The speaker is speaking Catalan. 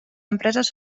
empreses